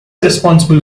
responsible